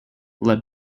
lead